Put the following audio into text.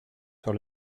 sur